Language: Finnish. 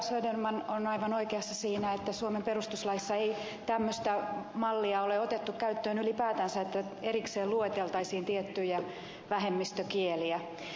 söderman on aivan oikeassa siinä että suomen perustuslaissa ei tämmöistä mallia ole otettu käyttöön ylipäätänsä että erikseen lueteltaisiin tiettyjä vähemmistökieliä